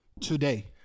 Today